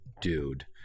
dude